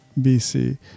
BC